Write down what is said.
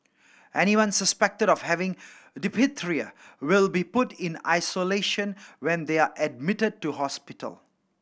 anyone suspected of having diphtheria will be put in isolation when they are admitted to hospital